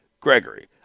Gregory